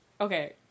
Okay